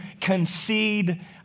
concede